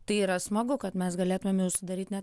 tai yra smagu kad mes galėtumėm jau sudaryt net